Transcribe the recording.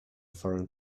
foreign